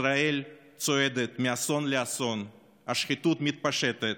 ישראל צועדת מאסון לאסון, השחיתות מתפשטת,